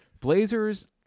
Blazers